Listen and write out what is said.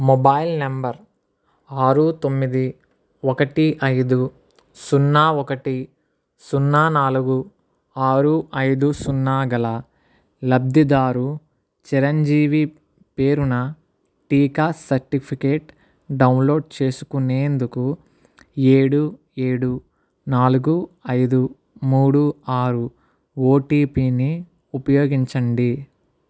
mobile number ఆరు తొమ్మిది ఒకటి ఐదు సున్నా ఒకటి సున్నా నాలుగు ఆరు ఐదు సున్నా గల లబ్ధిదారు చిరంజీవి పేరున టీకా సర్టిఫికేట్ డౌన్లోడ్ చేసుకునేందుకు ఏడు ఏడు నాలుగు ఐదు మూడు ఆరు ఓటీపీని ఉపయోగించండి